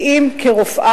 כי אם כרופאה,